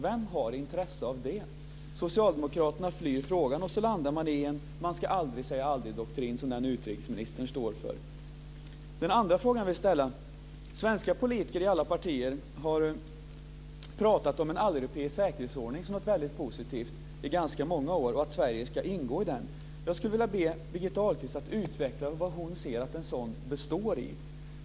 Vem har intresse av det? Socialdemokraterna flyr frågan, och så landar man i en man-ska-aldrig-säga-aldrig-doktrin som den utrikesministern står för. Så till den andra frågan jag vill ställa. Svenska politiker i alla partier har pratat om en alleuropeisk säkerhetsordning som någonting positivt i ganska många år och om att Sverige ska ingå i den. Jag skulle vilja be Birgitta Ahlqvist utveckla vad hon ser att en sådan består i.